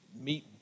meet